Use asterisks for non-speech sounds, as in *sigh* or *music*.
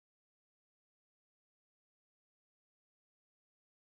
*unintelligible*